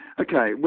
okay